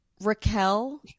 Raquel